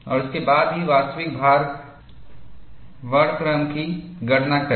और उसके बाद ही वास्तविक भार वर्णक्रम की गणना करें